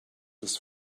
his